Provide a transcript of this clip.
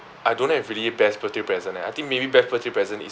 I don't have really best birthday present eh I think maybe best birthday present is